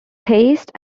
taste